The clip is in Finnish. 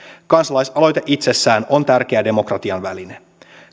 kansalaisaloite itsessään on tärkeä demokratian väline